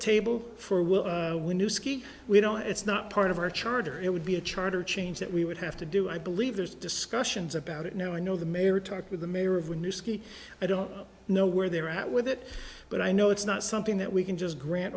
table for will when you ski we don't it's not part of our charter it would be a charter change that we would have to do i believe there's discussions about it now i know the mayor talked with the mayor of the new ski i don't know where they're at with it but i know it's not something that we can just grant